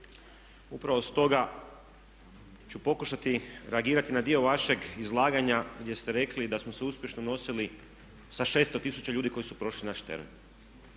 Upravo stoga ću pokušati reagirati na dio vašeg izlaganja gdje ste rekli da smo se uspješno nosili sa 600 tisuća ljudi koji su prošli naš teren.